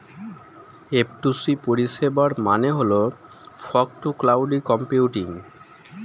F two C পরিষেবার মানে হল ফগ টু ক্লাউড কম্পিউটিং